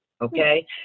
Okay